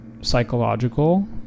psychological